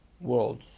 World